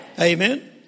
Amen